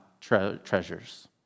treasures